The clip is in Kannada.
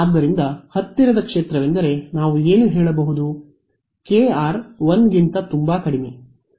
ಆದ್ದರಿಂದ ಹತ್ತಿರದ ಕ್ಷೇತ್ರವೆಂದರೆ ನಾವು ಏನು ಹೇಳಬಹುದು kr 1 ಗಿಂತ ತುಂಬಾ ಕಡಿಮೆ